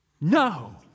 No